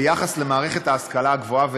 ביחס למערכת ההשכלה הגבוהה ולצרכיה.